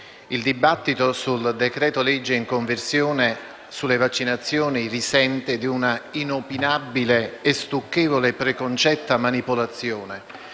il dibattito sul decreto-legge in conversione sulle vaccinazioni risente di una inopinabile, stucchevole e preconcetta manipolazione